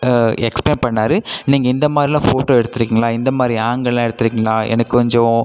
explain பண்ணார் நீங்கள் இந்த மாதிரில்லாம் ஃபோட்டோ எடுத்துருக்கீங்களா இந்த மாதிரி ஆங்கிள்லாம் எடுத்துருக்கீங்களா எனக்கு கொஞ்சம்